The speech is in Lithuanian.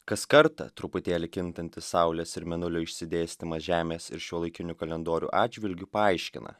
kaskartą truputėlį kintantis saulės ir mėnulio išsidėstymas žemės ir šiuolaikinių kalendorių atžvilgiu paaiškina